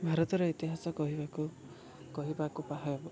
ଭାରତର ଇତିହାସ କହିବାକୁ କହିବାକୁ ପାହାବ